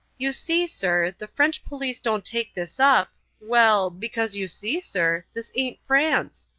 you see, sir, the french police don't take this up well, because you see, sir, this ain't france.